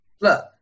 Look